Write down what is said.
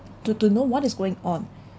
to to know what is going on